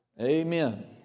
Amen